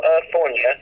California